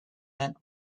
met